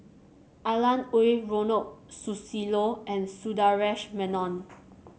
Alan Oei Ronald Susilo and Sundaresh Menon